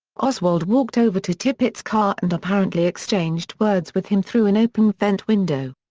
oswald walked over to tippit's car and apparently exchanged words with him through an open vent window.